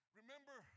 remember